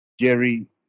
Jerry